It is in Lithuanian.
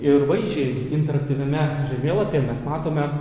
ir vaizdžiai interaktyviame žemėlapyje mes matome